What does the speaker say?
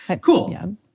cool